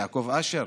יעקב אשר,